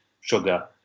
sugar